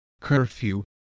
curfew